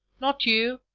not you.